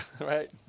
Right